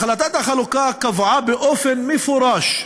החלטת החלוקה קבעה באופן מפורש,